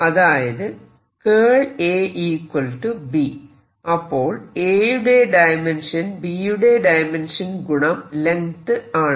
അതായത് A B അപ്പോൾ A യുടെ ഡയമെൻഷൻ B യുടെ ഡയമെൻഷൻ ഗുണം ലെങ്ത് ആണ്